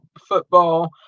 football